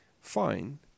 Fine